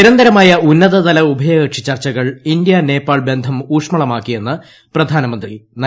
നിരന്തരമായ ഉന്നതതല ഉഭയകക്ഷി ചർച്ചകൾ ഇന്ത്യാ നേപ്പാൾ ബന്ധം ഊഷ്മളമാക്കിയെന്ന് പ്രധാനമന്ത്രി നരേന്ദ്രമോദി